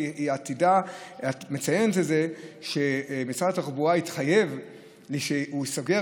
את מציינת שמשרד התחבורה התחייב שהוא ייסגר